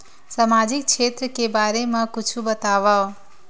सामाजिक क्षेत्र के बारे मा कुछु बतावव?